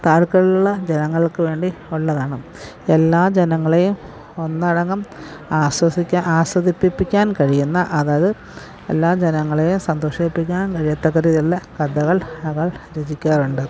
താഴേക്കിടയിലുള്ള ജനങ്ങൾക്ക് വേണ്ടി ഉള്ളതാണ് എല്ലാ ജനങ്ങളെയും ഒന്നടങ്കം ആശ്വസിപ്പിക്കാൻ ആസ്വദിപ്പിക്കാൻ കഴിയുന്ന അതായത് എല്ലാ ജനങ്ങളെയും സന്തോഷിപ്പിക്കാൻ കഴിയത്തക്ക രീതിയിലുള്ള കഥകൾ അവർ രചിക്കാറുണ്ട്